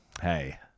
hey